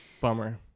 Bummer